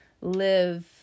live